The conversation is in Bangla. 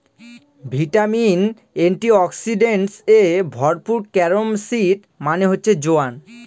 ভিটামিন, এন্টিঅক্সিডেন্টস এ ভরপুর ক্যারম সিড মানে হচ্ছে জোয়ান